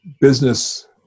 business